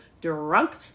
drunk